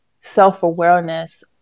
self-awareness